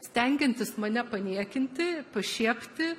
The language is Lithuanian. stengiantis mane paniekinti pašiepti